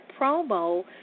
promo